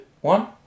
one